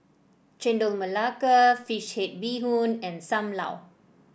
Chendol Melaka fish head Bee Hoon and Sam Lau